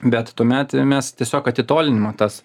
bet tuomet mes tiesiog atitoliname tas